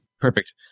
Perfect